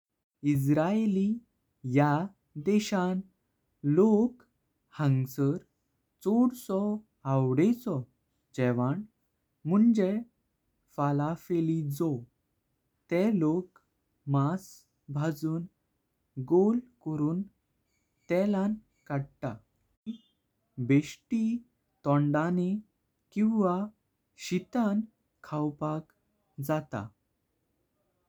Israeli या देशान लोक हांगर सोडसो आवडेचो। जेवन मुनजे फालाफलजो तेह लोक मास भजून घोल करून तेलां कडता। जी देस्ती तोंदानी किवा शीतां खवपाक जातां।